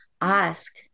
ask